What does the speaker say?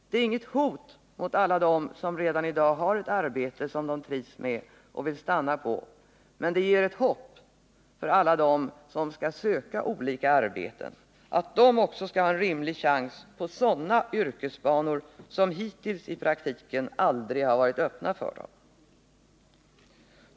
Det är inget hot mot alla dem som redan i dag har ett arbete som de trivs med och vill stanna på, men det ger ett hopp för alla dem som skall söka olika arbeten att de också skall ha en rimlig chans på sådana yrkesbanor som hittills i praktiken aldrig har varit öppna för dem.